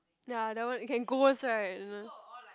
ya that one you can ghost right uh